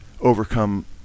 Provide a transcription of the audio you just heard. overcome